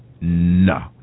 no